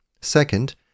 Second